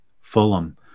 Fulham